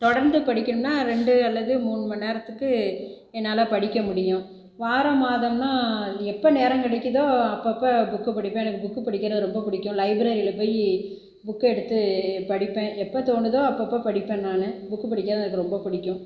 தொடர்ந்து படிக்கணும்னா ரெண்டு அல்லது மூணுமணி நேரத்துக்கு என்னால் படிக்க முடியும் வாரம் மாதம்னா எப்போ நேரம் கிடைக்கிதோ அப்போ அப்போ புக்கு படிப்பேன் எனக்கு புக்கு படிக்கின்றது ரொம்ப பிடிக்கும் லைப்ரரியில் போய் புக்கை எடுத்து படிப்பேன் எப்போது தோணுதோ அப்போ அப்போ படிப்பேன் நான் புக்கு படிக்கின்றது எனக்கு ரொம்ப பிடிக்கும்